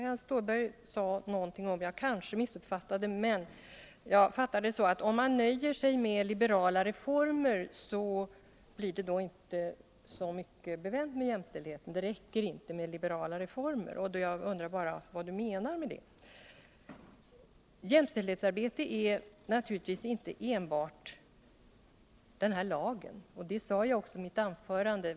Herr talman! Marianne Stålberg sade — men jag kanske missuppfattade henne — att om man nöjer sig med liberala reformer, blir det inte så mycket bevänt med jämställdheten. Det räcker inte med liberala reformer. Jag undrar bara vad Marianne Stålberg menade med det. Jämställdhetsarbetet gäller naturligtvis inte enbart denna lag. Det sade jag också i mitt tidigare anförande.